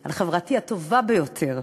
על חברתי הטובה ביותר,